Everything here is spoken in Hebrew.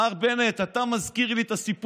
מר בנט, אתה מזכיר לי את הסיפור